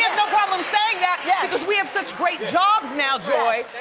and no problem saying that yes because we have such great jobs now, joy.